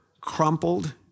crumpled